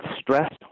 stress